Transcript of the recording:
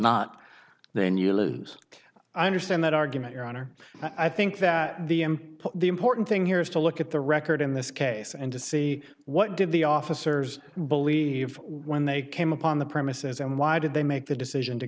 not then you lose i understand that argument your honor i think that the m the important thing here is to look at the record in this case and to see what did the officers believe when they came upon the premises and why did they make the decision to